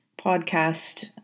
podcast